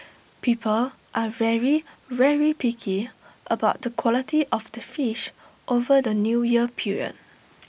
people are very very picky about the quality of the fish over the New Year period